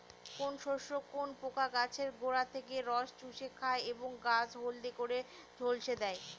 কোন শস্যে কোন পোকা গাছের গোড়া থেকে রস চুষে খায় এবং গাছ হলদে করে ঝলসে দেয়?